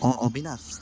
Abinash